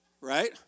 right